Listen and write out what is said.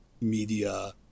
media